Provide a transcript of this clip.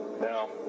Now